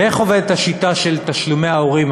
ואיך עובדת השיטה של תשלומי ההורים,